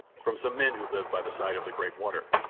from some men who live by the side of the great water,